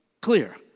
clear